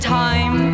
time